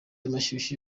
amashyushyu